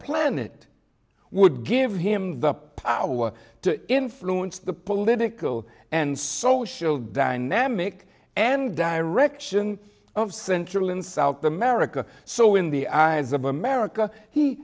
planet would give him the power to influence the political and social dynamic and direction of central and south america so in the eyes of america he